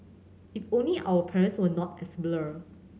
if only our parents were not as blur